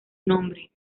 nombre